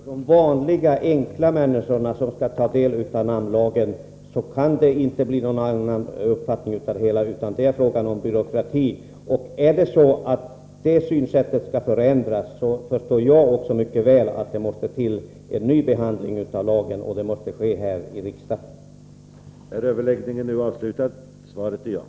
Herr talman! De vanliga enkla människor som skall ta del av namnlagen kan inte få någon annan uppfattning än att det är fråga om byråkrati. Jag förstår också mycket väl att det måste till en ny behandling av lagen och ett beslut här i riksdagen för att det skall kunna bli en ändring.